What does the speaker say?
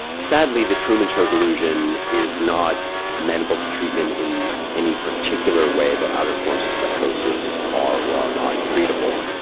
sadly, the truman show delusion is not amenable to treatment in any particular way that other forms of psychosis are or are not treatable.